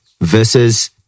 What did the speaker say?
Versus